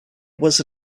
was